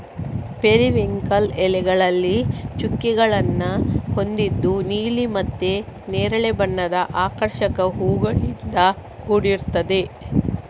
periwinkle ಎಲೆಗಳಲ್ಲಿ ಚುಕ್ಕೆಗಳನ್ನ ಹೊಂದಿದ್ದು ನೀಲಿ ಮತ್ತೆ ನೇರಳೆ ಬಣ್ಣದ ಆಕರ್ಷಕ ಹೂವುಗಳಿಂದ ಕೂಡಿರ್ತದೆ